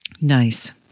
Nice